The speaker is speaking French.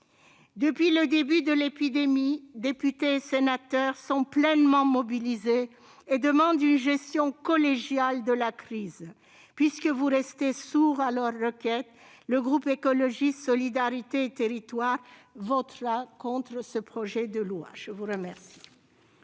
Depuis le début de l'épidémie, députés et sénateurs sont pleinement mobilisés et demandent une gestion collégiale de la crise. Puisque vous restez sourds à cette requête, les élus du groupe Écologiste- Solidarité et Territoires voteront contre ce projet de loi ! La parole